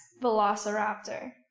Velociraptor